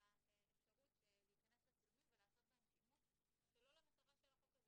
האפשרות להיכנס לצילומים ולעשות בהם שימוש שלא למטרה של החוק הזה.